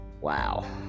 Wow